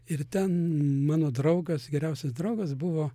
ir ten mano draugas geriausias draugas buvo